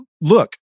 look